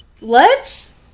Let's-